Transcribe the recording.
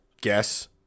guess